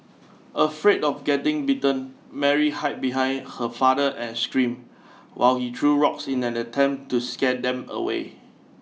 afraid of getting bitten Mary hide behind her father and scream while he threw rocks in an attempt to scare them away